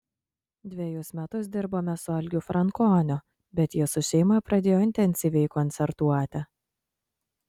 dvejus metus dirbome su algiu frankoniu bet jis su šeima pradėjo intensyviai koncertuoti